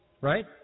right